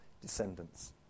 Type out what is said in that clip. descendants